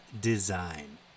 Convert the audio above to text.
Design